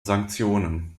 sanktionen